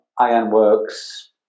ironworks